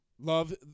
Love